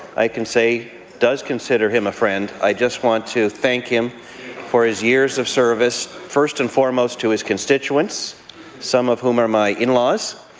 i can say does consider him a friend, i just want to thank him for his years of service, first and foremost to his constituents some of whom are my in-laws